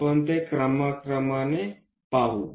आपण ते क्रमाक्रमाने पाहू